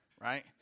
right